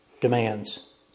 demands